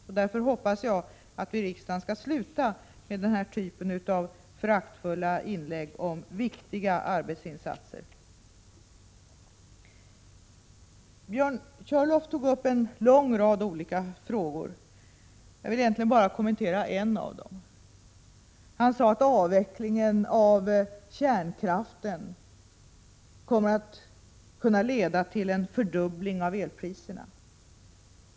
Och därför hoppas jag att vi i riksdagen skall sluta med den här typen av föraktfulla inlägg om viktiga arbetsmarknadsinsatser. Björn Körlof tog upp en lång rad olika frågor, men jag vill egentligen bara kommentera en av dessa. Han sade att avvecklingen av kärnkraften kommer att kunna leda till en fördubbling av elpriserna.